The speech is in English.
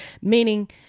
meaning